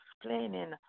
explaining